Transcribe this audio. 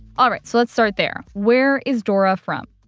all right, so let's start there where is dora from?